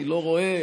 אני לא רואה,